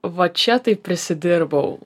va čia tai prisidirbau